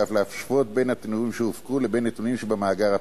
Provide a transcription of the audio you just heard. ואף להשוות בין הנתונים שהופקו לבין הנתונים שבמאגר הפלילי.